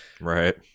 right